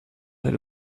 had